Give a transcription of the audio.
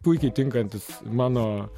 puikiai tinkantis mano